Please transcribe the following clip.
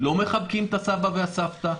לא מחבקים את הסבא והסבתא.